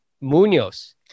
Munoz